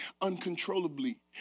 uncontrollably